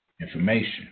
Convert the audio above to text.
information